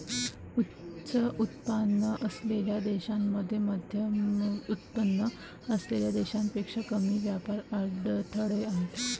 उच्च उत्पन्न असलेल्या देशांमध्ये मध्यमउत्पन्न असलेल्या देशांपेक्षा कमी व्यापार अडथळे आहेत